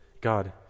God